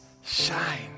shine